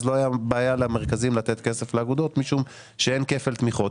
לא הייתה בעיה למרכזים לתת כסף לאגודות משום שאין כפל תמיכות.